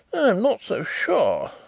not so sure,